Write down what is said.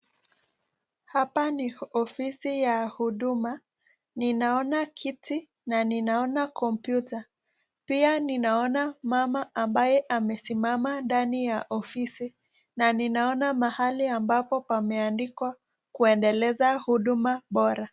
Hapa ni ofisi ya huduma, ninaona kiti na ninaona kompyuta pia ninaona mama ambaye amesimama ndani ya ofisi na ninaona mahali ambapo kumeandikwa kuendeleza huduma bora.